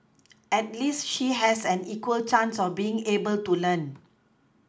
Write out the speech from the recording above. at least she has an equal chance of being able to learn